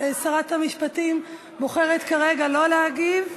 שרת המשפטים בוחרת כרגע לא להגיב.